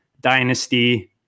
dynasty